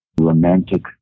romantic